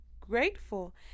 grateful